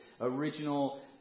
original